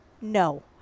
no